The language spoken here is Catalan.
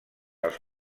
els